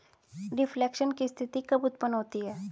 Reflation की स्थिति कब उत्पन्न होती है?